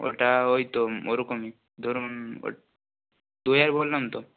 ওটা ওই তো ওরকমই ধরুন দুহাজার বললাম তো